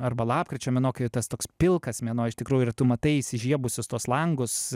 arba lapkričio mėnuo kai jau tas toks pilkas mėnuo iš tikrųjų ir tu matai įsižiebusius tuos langus